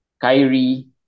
Kyrie